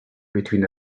between